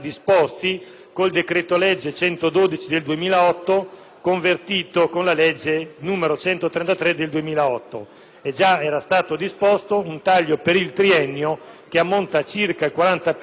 2008,convertito con la legge n. 133 del 2008: in esso era stato già disposto un taglio per il triennio che ammonta a circa il 40 per cento delle risorse destinate al Ministero della giustizia.